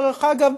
דרך אגב,